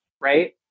Right